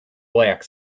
black